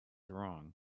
wrong